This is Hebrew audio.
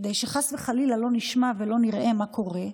כדי שחס וחלילה לא נשמע ולא נראה מה קורה,